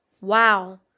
Wow